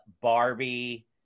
Barbie